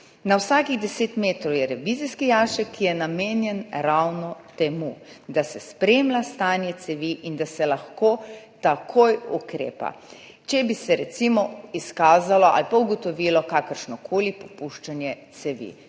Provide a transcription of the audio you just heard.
Na vsakih 10 metrov je revizijski jašek, ki je namenjen ravno temu, da se spremlja stanje cevi in da se lahko takoj ukrepa, če bi se, recimo, izkazalo ali pa ugotovilo kakršnokoli popuščanje cevi.